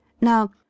Now